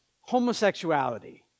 homosexuality